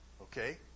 Okay